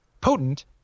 potent